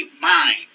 mind